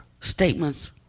statements